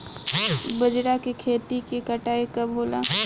बजरा के खेती के कटाई कब होला?